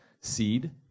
seed